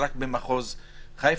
רק במחוז חיפה,